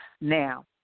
Now